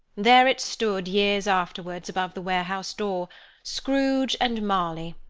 there it stood, years afterwards, above the warehouse door scrooge and marley.